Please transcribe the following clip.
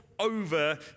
over